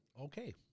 Okay